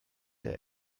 der